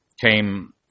came